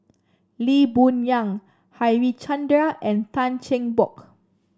Lee Boon Yang Harichandra and Tan Cheng Bock